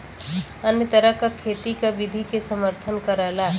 अन्य तरह क खेती क विधि के समर्थन करला